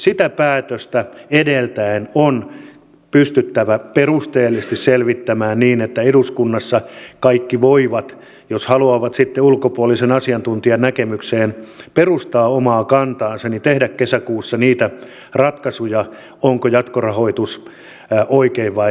sitä päätöstä edeltäen on pystyttävä perusteellisesti selvittämään asia niin että eduskunnassa kaikki voivat jos haluavat sitten ulkopuolisen asiantuntijan näkemykseen perustaa omaa kantaansa tehdä kesäkuussa niitä ratkaisuja sen suhteen onko jatkorahoitus oikein vai väärin